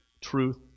truth